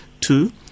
Two